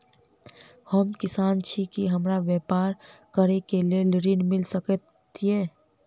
हम किसान छी की हमरा ब्यपार करऽ केँ लेल ऋण मिल सकैत ये?